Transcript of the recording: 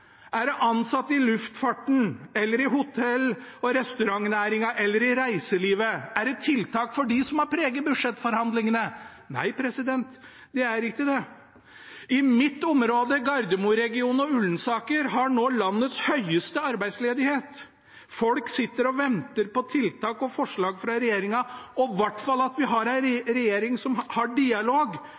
Er det situasjonen for ansatte i luftfarten, i hotell- og restaurantnæringen eller i reiselivet? Er det tiltak for dem som har preget budsjettforhandlingene? Nei, det er ikke det. I mitt område, Gardermo-regionen og Ullensaker, har man nå landets høyeste arbeidsledighet. Folk sitter og venter på tiltak og forslag fra regjeringen, og i hvert fall på at vi har en regjering som har dialog